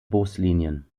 buslinien